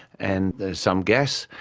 and there's some gas,